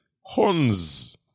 horns